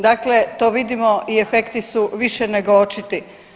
Dakle, to vidimo i efekti su više nego očiti.